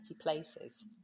places